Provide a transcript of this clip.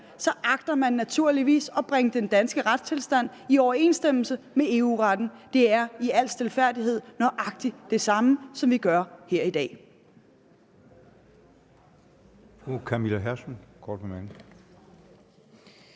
så agter vi naturligvis at bringe den danske retstilstand i overensstemmelse med EU-retten. Det er i al stilfærdighed nøjagtig det samme, som vi gør her i dag.